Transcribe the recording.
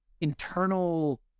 internal